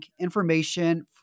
information